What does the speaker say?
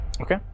Okay